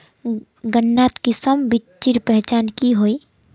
गन्नात किसम बिच्चिर पहचान की होय?